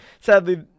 sadly